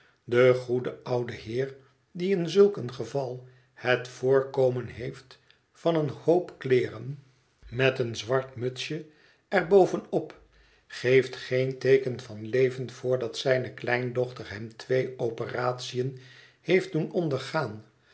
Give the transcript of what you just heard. de goede oude heer die in zulk een geval het voorkomen heeft van een hoop kleeren met een zwart je bet verlaten buis mutsje er boven op geeft geen teeken van leven voordat zijne kleindochter hem twee operatiën heeft doen ondergaan